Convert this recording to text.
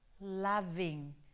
loving